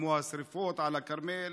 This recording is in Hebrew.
כמו השרפות על הכרמל.